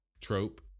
trope